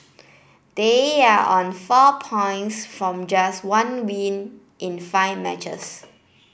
they are on four points from just one win in five matches